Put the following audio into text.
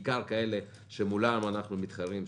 בעיקר כאלה שמולן אנחנו מתחרים,